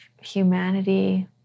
humanity